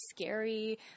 scary